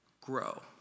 grow